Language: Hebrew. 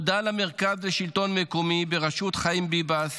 תודה למרכז השלטון המקומי בראשות חיים ביבס